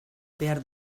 behar